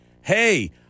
hey